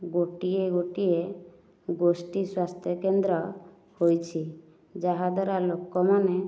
ଗୋଟିଏ ଗୋଟିଏ ଗୋଷ୍ଠୀ ସ୍ୱାସ୍ଥ୍ୟ କେନ୍ଦ୍ର ହୋଇଛି ଯାହାଦ୍ଵାରା ଲୋକମାନେ